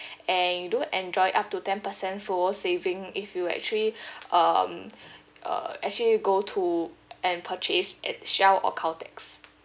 and you do enjoy up to ten percent fuel saving if you actually um uh actually you go to and purchase at Shell or Caltex